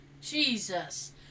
Jesus